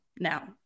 now